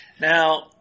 Now